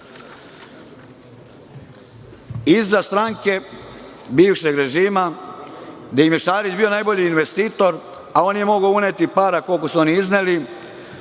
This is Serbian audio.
20%.Iza stranke bivšeg režima, gde im je Šarić bio najbolji investitor, a on nije mogao uneti para koliko su oni izneli,